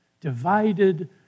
divided